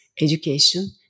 education